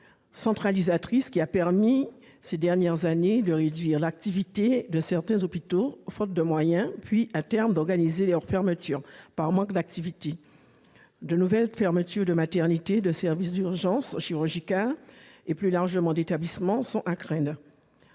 centralisatrice qui a permis ces dernières années de réduire l'activité de certains hôpitaux faute de moyens, puis, à terme, d'organiser leurs fermetures par manque d'activité. De nouvelles fermetures de maternités, de services d'urgences chirurgicales et, plus largement, d'établissements sont à craindre.